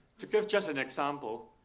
to give just an example,